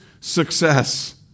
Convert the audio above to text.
success